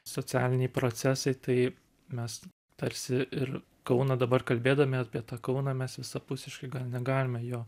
socialiniai procesai tai mes tarsi ir kauną dabar kalbėdami apie tą kauną mes visapusiškai gal negalime jo